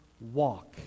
walk